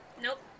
Nope